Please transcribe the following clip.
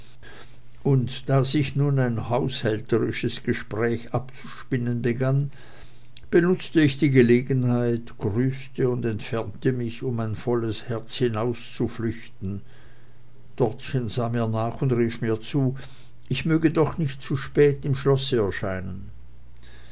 und da sich nun ein haushälterisches gespräch abzuspinnen begann benutzte ich die gelegenheit grüßte und entfernte mich um mein volles herz hinauszuflüchten dortchen sah mir nach und rief mir zu ich möge doch nicht zu spät im schlosse erscheinen